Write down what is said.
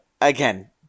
again